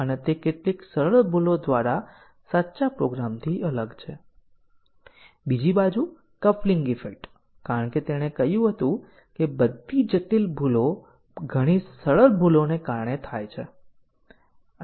જે technique statement coverage છે અને પછી આપણે બ્રાંચ અથવા ડીસીઝન કવરેજ પર જોયું હતું જે સ્ટેટમેન્ટ કવરેજ કરતાં વધુ મજબૂત ટેકનિક છે